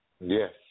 Yes